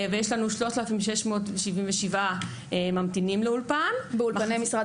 ויש לנו 3,677 ממתינים לאולפן, באולפני משרד